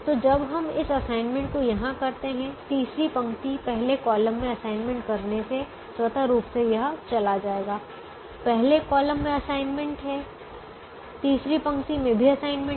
तो जब हम इस असाइनमेंट को यहाँ करते हैं तीसरी पंक्ति पहले कॉलम में असाइनमेंट करने से स्वतः रूप से यह चला जाएगा पहले कॉलम में असाइनमेंट है तीसरी पंक्ति में भी असाइनमेंट है